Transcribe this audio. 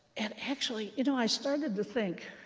and actually, you know i started to think,